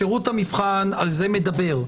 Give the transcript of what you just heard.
שירות המבחן על זה מדבר.